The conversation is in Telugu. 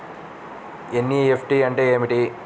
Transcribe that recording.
ఎన్.ఈ.ఎఫ్.టీ అంటే ఏమిటి?